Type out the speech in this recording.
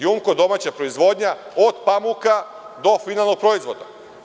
Jumko“ domaća proizvodnja od pamuka do finalnog proizvoda.